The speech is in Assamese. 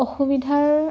অসুবিধাৰ